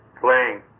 playing